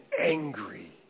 angry